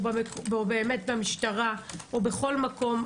מן המשטרה או בכל מקום,